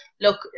look